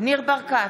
ניר ברקת,